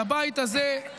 לבית הזה,